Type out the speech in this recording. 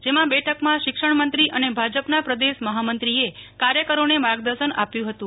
જેમાં બેઠકમાં શિક્ષણમંત્રી અને ભાજપના પ્રદેશ મહામંત્રીએ કાર્યકરોને માર્ગદર્શન આપ્યું હતું